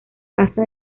caza